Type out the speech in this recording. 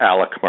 Alec